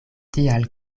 tial